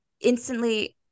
instantly